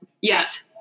Yes